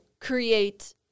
create